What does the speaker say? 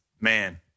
man